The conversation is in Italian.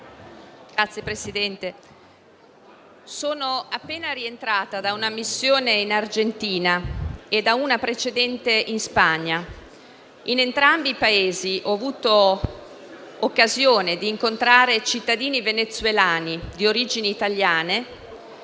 Signor Presidente, sono appena rientrata da una missione in Argentina e da una missione precedente in Spagna. In entrambi i Paesi ho avuto occasione di incontrare cittadini venezuelani di origini italiane,